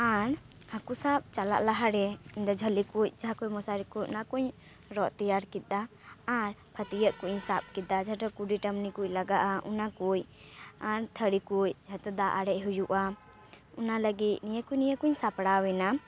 ᱟᱨ ᱦᱟᱹᱠᱩ ᱥᱟᱵᱽ ᱪᱟᱞᱟᱜ ᱞᱟᱦᱟ ᱨᱮ ᱡᱷᱟᱹᱞᱤ ᱠᱩᱪ ᱡᱟᱦᱟᱸ ᱠᱩ ᱢᱚᱥᱟᱨᱤ ᱠᱚ ᱚᱱᱟᱠᱚᱧ ᱨᱚᱜ ᱛᱮᱭᱟᱨ ᱠᱮᱫᱟ ᱟᱨ ᱯᱷᱟᱹᱛᱭᱟᱜ ᱠᱚ ᱤᱧ ᱥᱟᱵᱽ ᱠᱮᱫᱟ ᱡᱟᱦᱟᱸ ᱴᱷᱮᱱ ᱠᱩᱰᱤ ᱴᱟᱢᱱᱤ ᱠᱩ ᱞᱟᱜᱟᱜᱼᱟ ᱚᱱᱟ ᱠᱩ ᱟᱨ ᱛᱷᱟᱨᱤ ᱠᱩ ᱡᱟᱦᱟᱸ ᱛᱮ ᱫᱟᱜ ᱟᱨᱮᱡ ᱦᱩᱭᱩᱜᱼᱟ ᱚᱱᱟ ᱞᱟᱹᱜᱤᱫ ᱱᱤᱭᱟᱹ ᱠᱚ ᱱᱤᱭᱟᱹ ᱠᱚᱧ ᱥᱟᱯᱲᱟᱣ ᱮᱱᱟ